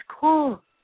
cool